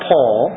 Paul